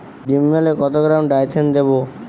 ডিস্মেলে কত gram Dithane দেবো?